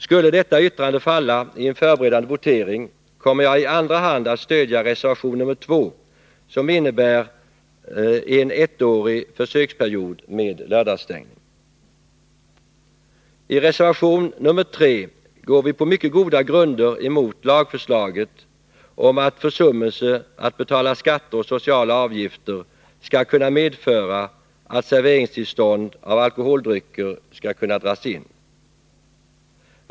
Skulle detta Onsdagen den yrkande falla i en förberedande votering kommer jag i andra hand att stödja Alkoholoch I reservation 3 går vi på mycket goda grunder emot lagförslaget att narkotikamissbruförsummelser att betala skatter och sociala avgifter skall kunna medföra att ket, m.m. serveringstillstånd av alkoholdrycker skall kunna dras in.